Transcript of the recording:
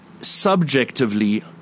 subjectively